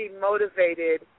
motivated